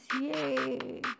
yay